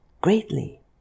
greatly